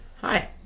Hi